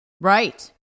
right